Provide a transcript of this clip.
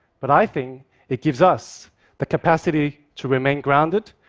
but i think it gives us the capacity to remain grounded,